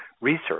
research